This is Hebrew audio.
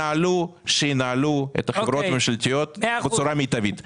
שינהלו את החברות הממשלתיות בצורה מיטבית.